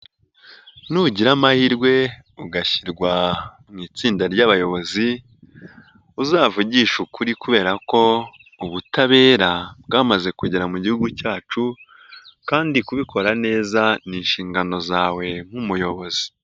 Nugira amahirwe ugashyirwa mu itsinda ry'abayobozi uzavugishe ukuri kubera ko ubutabera bwamaze kugera mu gihugu cyacu kandi kubikora neza ni inshingano zawe nk'umuyobozi.